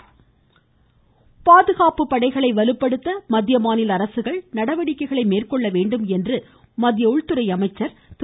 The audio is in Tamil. ராஜ்நாத் சிங் பாதுகாப்பு படைகளை வலுப்படுத்த மத்திய மாநில அரசுகள் நடவடிக்கைகளை மேற்கொள்ள வேண்டும் என்று மத்திய உள்துறை அமைச்சர் திரு